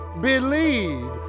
Believe